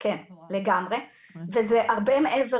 כן, לגמרי, וזה הרבה מעבר.